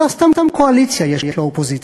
ולא סתם קואליציה יש לאופוזיציה,